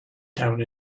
town